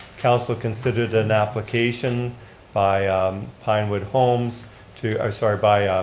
council considered an application by pinewood homes to, i'm sorry, by